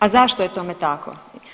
A zašto je tome tako?